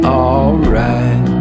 alright